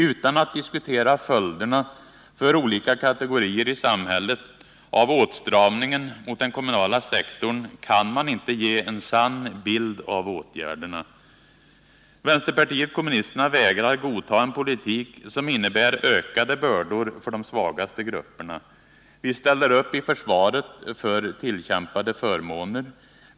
Utan att diskutera följderna för olika kategorier i samhället av åtstramningen på den kommunala sektorn kan man inte ge en sann bild av åtgärderna. Vänsterpartiet kommunisterna vägrar att godta en politik som innebär ökade bördor för de svagaste grupperna. Vi ställer upp i försvaret för tillkämpade förmåner.